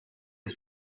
est